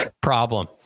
Problem